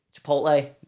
Chipotle